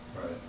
Right